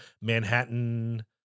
manhattan